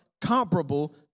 comparable